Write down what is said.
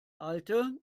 alte